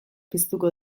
piztuko